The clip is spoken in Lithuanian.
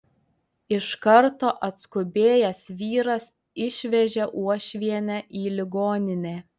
iš karto atskubėjęs vyras išvežė uošvienę į ligoninę